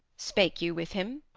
spake you with him?